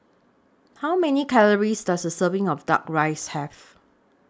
How Many Calories Does A Serving of Duck Rice Have